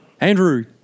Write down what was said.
Andrew